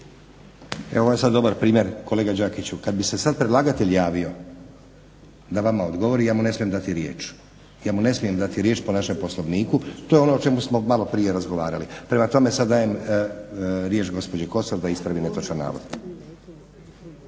ovo je sada dobar primjer kolega Đakiću kada bi se sada predlagatelj javio da vama odgovori, ja mu ne smijem dati riječ po našem Poslovniku. To je ono o čemu smo malo prije razgovarali. Prema tome dajem sada riječ gospođi Kosor da ispravi netočan navod.